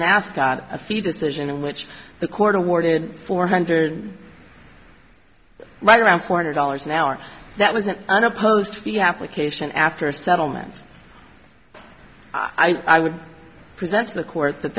mascot a few decision in which the court awarded four hundred right around four hundred dollars an hour that wasn't unopposed to be application after settlement i would present to the court that